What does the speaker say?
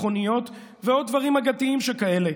מכוניות ועוד דברים אגדיים שכאלה,